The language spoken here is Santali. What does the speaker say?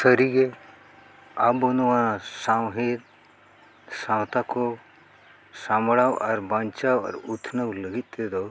ᱥᱟᱹᱨᱤᱜᱮ ᱟᱵᱚ ᱱᱚᱣᱟ ᱥᱟᱶᱦᱮᱫ ᱥᱟᱶᱛᱟ ᱠᱚ ᱥᱟᱢᱵᱽᱲᱟᱣ ᱟᱨ ᱵᱟᱧᱪᱟᱣ ᱟᱨ ᱩᱛᱱᱟᱹᱣ ᱞᱟᱹᱜᱤᱫ ᱛᱮᱫᱚ